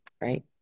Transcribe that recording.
right